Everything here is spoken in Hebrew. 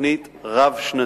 תוכנית רב-שנתית.